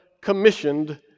commissioned